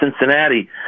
Cincinnati